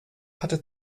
hatte